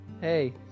hey